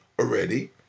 already